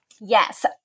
yes